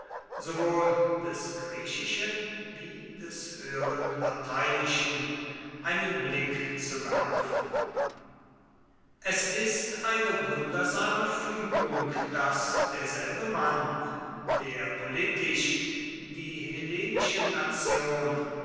sowohl des griechischen wie des höheren lateinischen einen blick zu werfen es ist eine wundersame fügung daß derselbe mann der politisch die hellenische nation